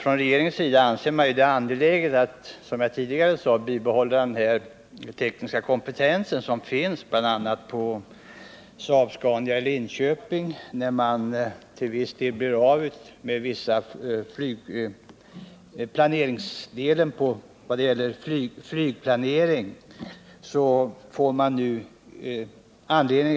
Regeringen har ansett det angeläget att bibehålla den tekniska kompetens som finns bl.a. på Saab-Scania, som nu till viss del blir av med sin flygplanering.